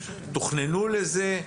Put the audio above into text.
תוכננו לזה,